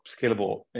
scalable